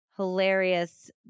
hilarious